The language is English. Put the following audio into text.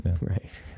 right